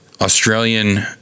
Australian